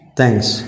Thanks